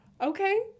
okay